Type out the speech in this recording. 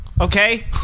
Okay